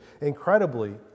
Incredibly